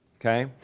Okay